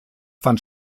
fand